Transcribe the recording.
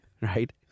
right